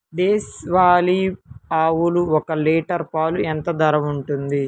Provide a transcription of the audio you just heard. దేశవాలి ఆవులు ఒక్క లీటర్ పాలు ఎంత ధర ఉంటుంది?